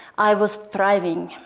i was thriving.